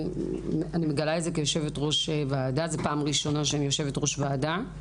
אני מגלה את זה כיושבת-ראש ועדה בפעם הראשונה שאני יושבת-ראש ועדה,